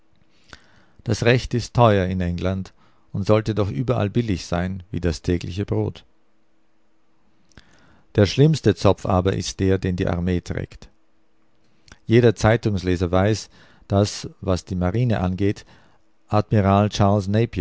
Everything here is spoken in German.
das recht ist teuer in england und sollte doch überall billig sein wie das tägliche brot der schlimmste zopf aber ist der den die armee trägt jeder zeitungsleser weiß daß was die marine angeht